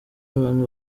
abantu